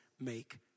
make